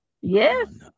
Yes